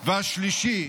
והשלישי,